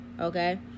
okay